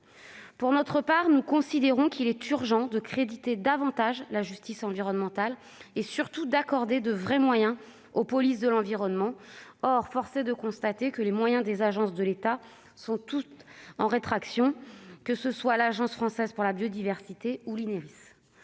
Pour notre part, nous considérons qu'il est urgent de créditer davantage la justice environnementale et, surtout, d'accorder de vrais moyens aux polices de l'environnement. Or force est de constater que les moyens des agences de l'État sont tous en rétraction, que ce soit ceux de l'Agence française pour la biodiversité ou ceux